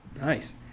Nice